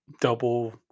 double